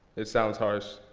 it sounds harsh,